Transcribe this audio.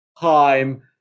time